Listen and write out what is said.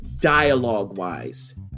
dialogue-wise